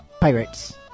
Pirates